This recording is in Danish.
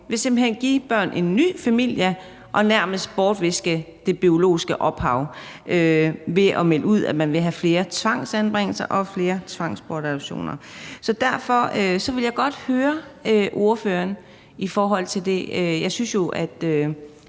vil give børn en ny familie og nærmest bortviske det biologiske ophav ved at melde ud, at man vil have flere tvangsanbringelser og flere tvangsbortadoptioner. Derfor vil jeg godt høre ordføreren om det. Jeg synes jo,